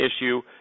issue